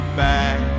back